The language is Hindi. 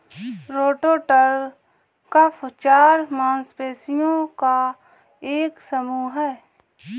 रोटेटर कफ चार मांसपेशियों का एक समूह है